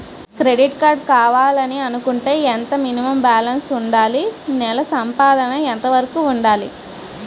Credit card కావాలి అనుకుంటే ఎంత మినిమం బాలన్స్ వుందాలి? నెల సంపాదన ఎంతవరకు వుండాలి?